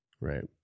Right